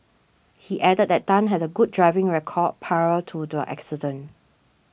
he added that Tan had a good driving record prior to the accident